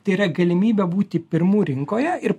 tai yra galimybė būti pirmu rinkoje ir